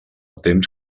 temps